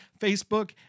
Facebook